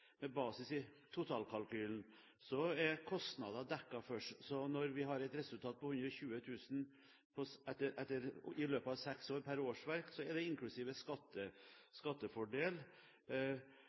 med basis i totalkalkylen, er kostnadene dekket først. Så når vi har et resultat på 120 000 kr per årsverk i løpet av seks år, er det inklusiv skattefordel,